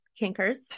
kinkers